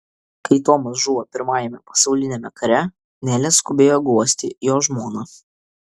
kai tomas žuvo pirmajame pasauliniame kare nelė skubėjo guosti jo žmoną